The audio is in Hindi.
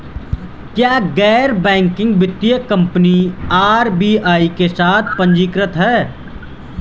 क्या गैर बैंकिंग वित्तीय कंपनियां आर.बी.आई के साथ पंजीकृत हैं?